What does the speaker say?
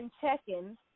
checking